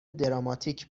دراماتیک